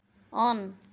on